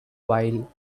while